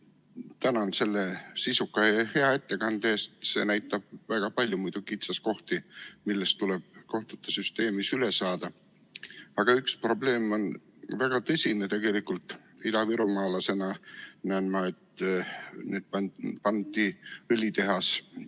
Tänan selle sisuka ja hea ettekande eest, see näitab väga palju kitsaskohti, millest tuleb kohtute süsteemis üle saada. Aga üks probleem on väga tõsine. Idavirumaalasena ma näen, et nüüd pandi õlitehas